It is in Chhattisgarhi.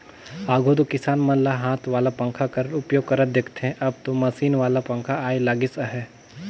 आघु दो किसान मन ल हाथ वाला पंखा कर उपयोग करत देखथे, अब दो मसीन वाला पखा आए लगिस अहे